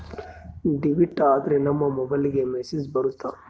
debit ಆದ್ರೆ ನಮ್ ಮೊಬೈಲ್ಗೆ ಮೆಸ್ಸೇಜ್ ಬರುತ್ತೆ